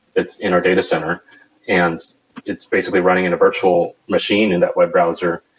it's in our data center and it's basically running in a virtual machine in that web browser.